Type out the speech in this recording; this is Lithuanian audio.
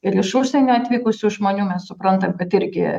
ir iš užsienio atvykusių žmonių mes suprantam kad irgi